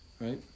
Right